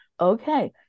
okay